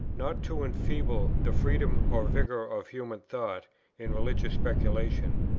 not to enfeeble the freedom or vigour of human thought in religious speculation,